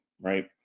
right